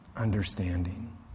understanding